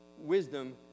Wisdom